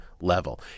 level